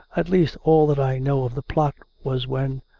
at least, all that i know of the plot was when.